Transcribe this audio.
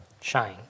shine